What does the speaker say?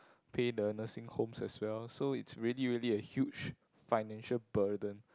pay the nursing homes as well so it's really really a huge financial burden